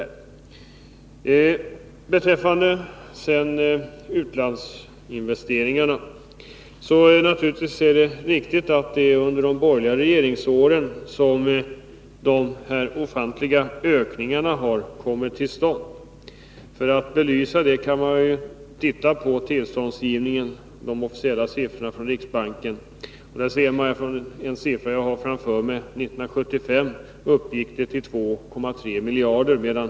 Sedan vill jag beträffande utlandsinvesteringarna säga att det naturligtvis Nr 113 är riktigt att det var under de borgerliga regeringsåren som de ofantliga ökningarna kom till stånd. För att belysa det kan man titta på de officiella siffrorna från riksbanken över tillståndsgivningen. Där ser man att 1975 uppgick värdet av tillståndsgivningen till 2,3 miljarder kronor.